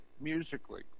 musically